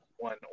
one